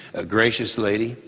a gracious lady,